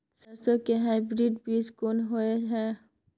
सरसो के हाइब्रिड बीज कोन होय है?